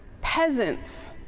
peasants